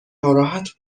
ناراحت